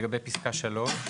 לגבי פסקה 3: